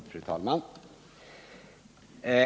Fru talman!